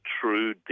true